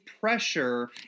pressure